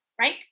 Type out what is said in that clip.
right